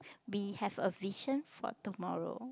we have a vision for tomorrow